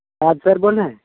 Fahad sir بول رہے ہیں